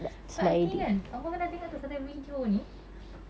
but I think kan angah pernah dengar satu video ni